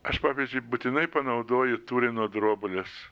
aš pavyzdžiui būtinai panaudoju turino drobulės